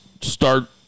start